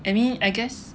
I mean I guess